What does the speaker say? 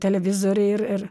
televizoriai ir ir